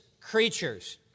creatures